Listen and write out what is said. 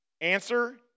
Answer